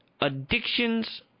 addictions